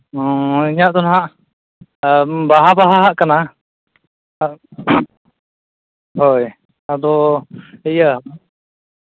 ᱤᱧᱟᱹᱜ ᱫᱚ ᱦᱟᱸᱜ ᱵᱟᱦᱟ ᱵᱟᱦᱟᱣᱟᱜ ᱠᱟᱱᱟ ᱦᱳᱭ ᱟᱫᱚ ᱤᱭᱟᱹ